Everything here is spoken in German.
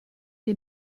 die